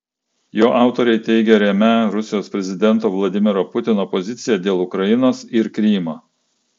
jo autoriai teigia remią rusijos prezidento vladimiro putino poziciją dėl ukrainos ir krymo